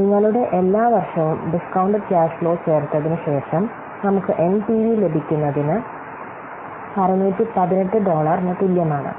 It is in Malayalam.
നിങ്ങളുടെ എല്ലാ വർഷവും ഡികൌണ്ട്ഡെഡ് ക്യാഷ് ഫ്ലോ ചേർത്തതിന് ശേഷം നമുക്ക് എൻപിവി ലഭിക്കുന്നത് 618 ഡോളറിന് തുല്യമാണ്